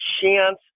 chance